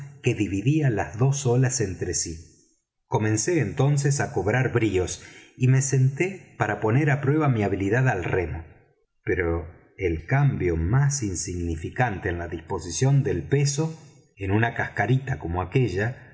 que dividía las dos olas entre sí comencé entonces á cobrar bríos y me senté para poner á prueba mi habilidad al remo pero el cambio más insignificante en la disposición del peso en una cascarita como aquella